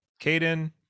Caden